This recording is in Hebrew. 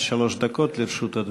עד שלוש דקות לרשות אדוני.